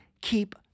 keep